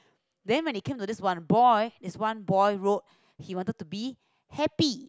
then when it came to this one boy this one boy wrote he wanted to be happy